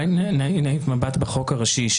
אולי נעיף מבט בחוק הראשי,